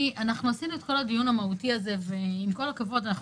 עשינו את כל הדיון המהותי הזה ועם כל הכבוד אנחנו